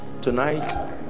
Tonight